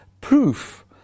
proof